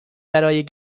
برای